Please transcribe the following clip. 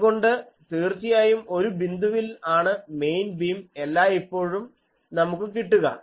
അതുകൊണ്ട് തീർച്ചയായും ഒരു ബിന്ദുവിൽ ആണ് മെയിൻ ബീം എല്ലായിപ്പോഴും നമുക്ക് കിട്ടുക